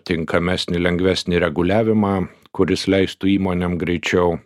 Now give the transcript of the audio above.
tinkamesnį lengvesnį reguliavimą kuris leistų įmonėm greičiau